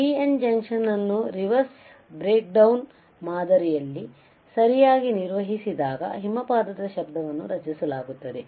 PN junction ಅನ್ನು reverse breakdown ಮಾದರಿಯಲ್ಲಿ ಸರಿಯಾಗಿ ನಿರ್ವಹಿಸಿದಾಗ ಹಿಮಪಾತದ ಶಬ್ದವನ್ನು ರಚಿಸಲಾಗುತ್ತದೆ